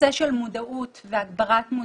נושא של מודעות והגברת מודעות,